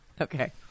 Okay